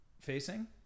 facing